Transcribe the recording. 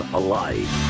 alive